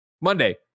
monday